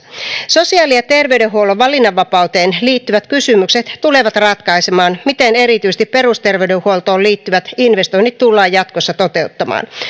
sosiaali ja terveydenhuollon valinnanvapauteen liittyvät kysymykset tulevat ratkaisemaan miten erityisesti perusterveydenhuoltoon liittyvät investoinnit tullaan jatkossa toteuttamaan